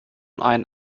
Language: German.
einen